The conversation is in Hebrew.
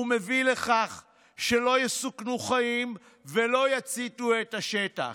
מביא לכך שלא יסוכנו חיים ולא יציתו את השטח,